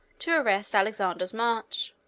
to arrest alexander's march,